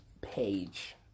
page